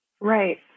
Right